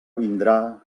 vindrà